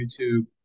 YouTube